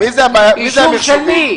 אישור של מי?